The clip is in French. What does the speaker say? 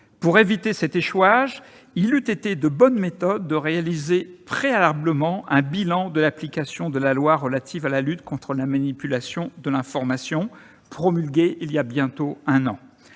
Pour éviter cet échouage, il eût été de bonne méthode de réaliser préalablement un bilan de l'application de la loi relative à la lutte contre la manipulation de l'information, promulguée voilà bientôt un an.